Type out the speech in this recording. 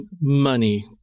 money